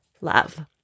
love